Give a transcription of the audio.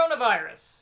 coronavirus